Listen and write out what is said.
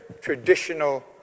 traditional